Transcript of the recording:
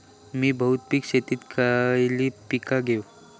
मी बहुपिक शेतीत खयली पीका घेव?